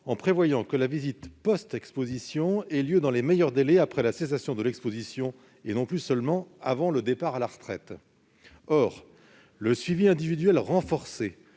de prévoir que la visite post-exposition ait lieu dans les meilleurs délais après la cessation de l'exposition, et non plus seulement avant le départ à la retraite. Or le suivi individuel renforcé